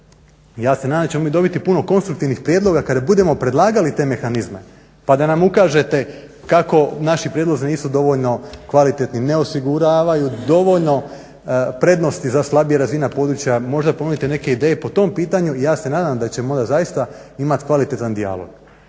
Ja se nadam da ćemo mi dobiti puno konstruktivnih prijedloga kada budem predlagali te mehanizme pa da nam ukažete kako naši prijedlozi nisu dovoljno kvalitetni, ne osiguravaju dovoljno prednosti za slabije razvijena područja, možda ponudite neke ideje po tom pitanju i ja se nadam da ćemo onda zaista imati kvalitetan dijalog.